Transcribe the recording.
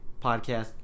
podcast